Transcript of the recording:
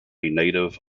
native